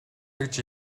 гэж